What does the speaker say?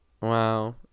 Wow